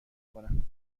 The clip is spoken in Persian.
کنم